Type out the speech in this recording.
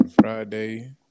friday